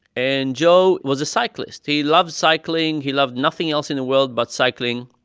and joe was a cyclist. he loved cycling. he loved nothing else in the world but cycling.